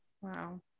Wow